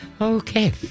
Okay